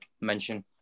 mention